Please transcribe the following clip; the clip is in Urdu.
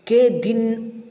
کہ دن